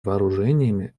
вооружениями